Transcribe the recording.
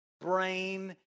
brain